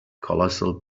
colossal